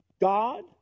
God